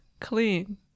clean